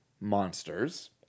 monsters